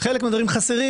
וחלק מהדברים חסרים.